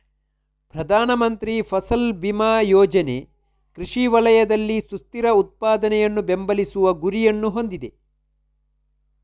ಪ್ರಧಾನ ಮಂತ್ರಿ ಫಸಲ್ ಬಿಮಾ ಯೋಜನೆ ಕೃಷಿ ವಲಯದಲ್ಲಿ ಸುಸ್ಥಿರ ಉತ್ಪಾದನೆಯನ್ನು ಬೆಂಬಲಿಸುವ ಗುರಿಯನ್ನು ಹೊಂದಿದೆ